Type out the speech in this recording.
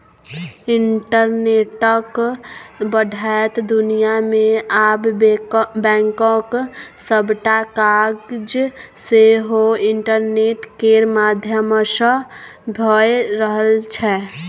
इंटरनेटक बढ़ैत दुनियाँ मे आब बैंकक सबटा काज सेहो इंटरनेट केर माध्यमसँ भए रहल छै